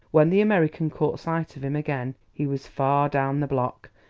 when the american caught sight of him again, he was far down the block,